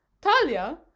Talia